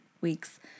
weeks